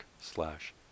slash